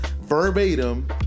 verbatim